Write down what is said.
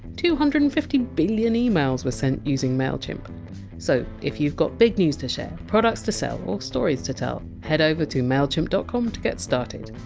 two hundred and fifty billion emails were sent using mailchimp so if you! ve got big news to share, products to sell, or stories to tell, head over to mailchimp dot com to get started.